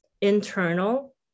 internal